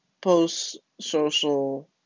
post-social